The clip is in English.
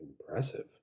impressive